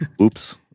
oops